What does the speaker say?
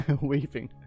Weeping